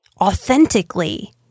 authentically